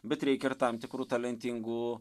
bet reikia ir tam tikrų talentingų